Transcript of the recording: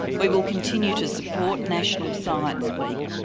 we will continue to support national science week,